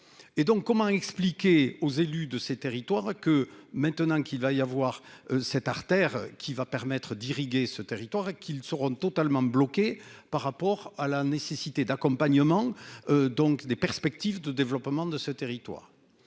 comment expliquer aux élus de ces territoires que maintenant qu'il va y avoir cette artère qui va permettre d'irriguer ce territoire et qu'ils seront totalement bloqués par rapport à la nécessité d'accompagnement donc des perspectives de développement de ce territoire.